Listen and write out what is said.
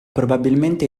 probabilmente